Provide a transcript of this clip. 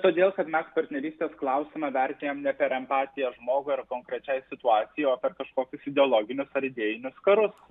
todėl kad mes partnerystės klausimą vertinam ne per empatiją žmogui ar konkrečiai situacijai o per kažkokius ideologinius ar idėjinius karus